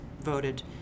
voted